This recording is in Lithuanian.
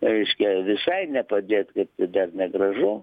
reiškia visai nepadėt kaip ir dar negražu